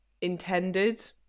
intended